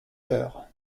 l’heure